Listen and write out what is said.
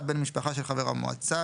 בן משפחה של חבר המועצה,